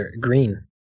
green